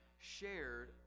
shared